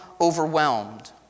overwhelmed